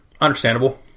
Understandable